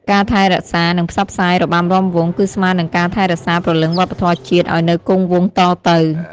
ការថែរក្សា និងផ្សព្វផ្សាយរបាំរាំវង់ គឺស្មើនឹងការថែរក្សាព្រលឹងវប្បធម៌ជាតិឲ្យនៅគង់វង្សតទៅ។